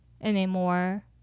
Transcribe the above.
anymore